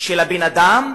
של הבן-אדם,